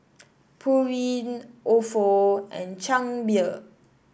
Pureen Ofo and Chang Beer